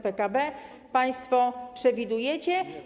PKB państwo przewidujecie?